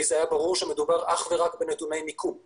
ולי היה ברור שמדובר אך ורק בנתוני מיקום --- ברור,